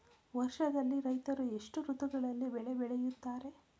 ವರ್ಷದಲ್ಲಿ ರೈತರು ಎಷ್ಟು ಋತುಗಳಲ್ಲಿ ಬೆಳೆ ಬೆಳೆಯುತ್ತಾರೆ?